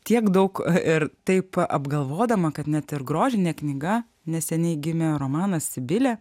tiek daug ir taip apgalvodama kad net ir grožinė knyga neseniai gimė romanas sibilė